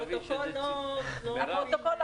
הפרוטוקול לא מבין ציניות.